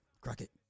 Crockett